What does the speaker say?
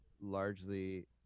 largely